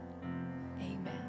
Amen